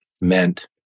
meant